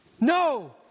No